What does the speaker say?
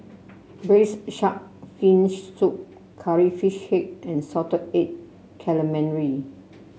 Braised Shark Fin Soup Curry Fish Head and Salted Egg Calamari